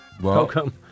welcome